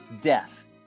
death